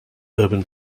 urban